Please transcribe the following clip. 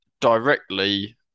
directly